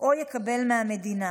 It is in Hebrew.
או שיקבל מהמדינה,